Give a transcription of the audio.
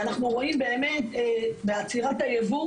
ואנחנו רואים באמת שבעצירת הייבוא